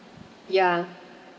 ya